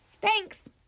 Thanks